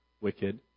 wicked